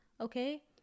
okay